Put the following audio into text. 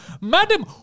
madam